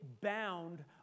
bound